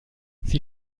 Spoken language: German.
sie